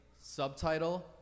Subtitle